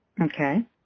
Okay